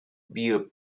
beer